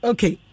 Okay